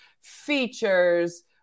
features